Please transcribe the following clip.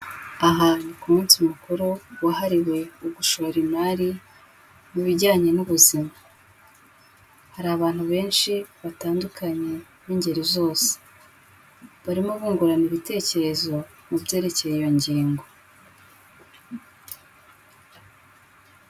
Aha ni ku munsi mukuru wahariwe ugushora imari mu bijyanye n'ubuzima, hari abantu benshi batandukanye b'ingeri zose, barimo bungurana ibitekerezo mu byerekeye iyo ngingo.